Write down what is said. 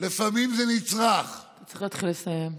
לפעמים זה נצרך, צריך להתחיל לסיים.